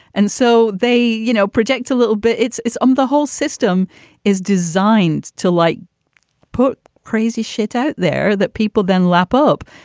and so they, you know, projects a little bit. it's it's, um, the whole system is designed to, like put crazy shit out there that people then lap up.